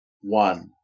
one